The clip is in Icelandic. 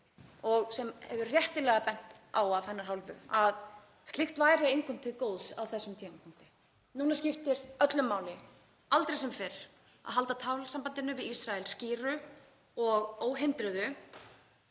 og sem hefur verið réttilega bent á af hennar hálfu, að slíkt væri engum til góðs á þessum tímapunkti. Núna skiptir öllu máli, aldrei sem fyrr, að halda talsambandinu við Ísrael skýru og óhindruðu